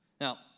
Now